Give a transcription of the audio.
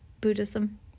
Buddhism